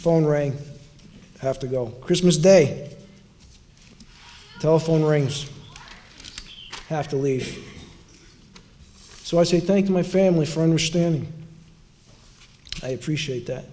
phone ring have to go christmas day telephone rings have to leave so i say thank you my family for understanding i appreciate that